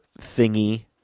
thingy